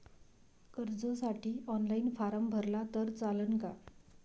कर्जसाठी online form भरला तर चालन का?